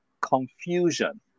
confusion